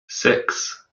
six